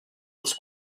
els